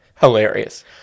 Hilarious